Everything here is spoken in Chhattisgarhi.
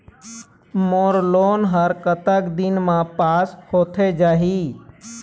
मोर लोन हा कतक दिन मा पास होथे जाही?